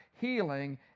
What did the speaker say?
healing